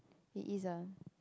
it isn't